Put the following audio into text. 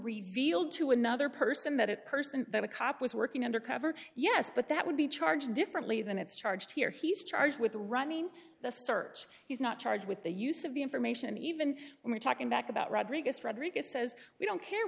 revealed to another person that person that a cop was working undercover yes but that would be charged differently than it's charged here he's charged with running the search he's not charged with the use of the information even when we're talking back about rodriguez rodriguez says we don't care